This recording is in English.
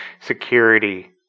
security